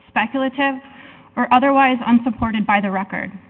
speculative or otherwise i'm supported by the record